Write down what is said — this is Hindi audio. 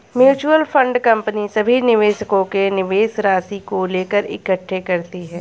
म्यूचुअल फंड कंपनी सभी निवेशकों के निवेश राशि को लेकर इकट्ठे करती है